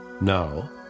Now